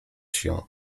się